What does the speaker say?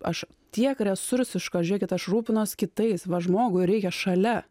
aš tiek resursiška žiūrėkit aš rūpinuos kitais va žmogui reikia šalia